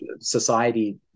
society